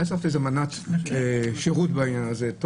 היה צריך לעשות איזו אמנת שירות בעניין הזה,